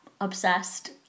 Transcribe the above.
obsessed